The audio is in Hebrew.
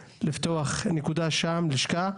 לשכה,